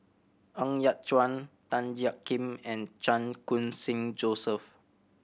Ng Yat Chuan Tan Jiak Kim and Chan Khun Sing Joseph